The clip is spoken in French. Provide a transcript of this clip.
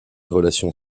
relation